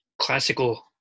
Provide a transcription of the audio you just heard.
classical